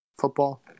football